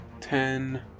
Ten